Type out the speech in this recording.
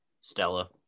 Stella